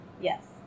Yes